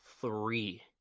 three